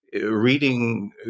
reading